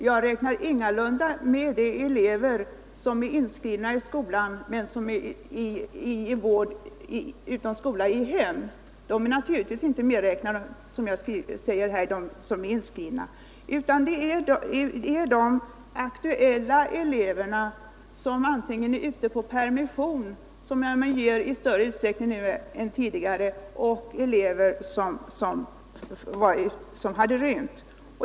Jag räknar ingalunda med de elever som är inskrivna i skolan men som befinner sig i vård utom skola i hem, utan det gäller de elever som antingen är på permission — som man ger i större utsträckning än tidigare — och elever som har rymt.